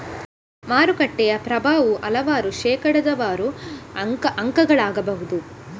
ಮಾರುಕಟ್ಟೆಯ ಪ್ರಭಾವವು ಹಲವಾರು ಶೇಕಡಾವಾರು ಅಂಕಗಳಾಗಬಹುದು